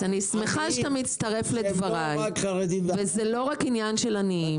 אני שמחה שאתה מצטרף לדבריי וזה לא רק עניין של עניים,